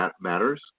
matters